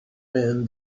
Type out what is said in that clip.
man